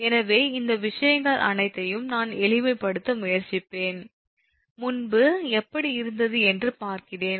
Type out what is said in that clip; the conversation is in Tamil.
எனவே இந்த விஷயங்கள் அனைத்தையும் நான் எளிமைப்படுத்த முயற்சித்தேன் முன்பு எப்படி இருந்தது என்று பார்க்கிறேன்